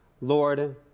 Lord